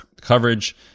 coverage